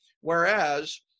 Whereas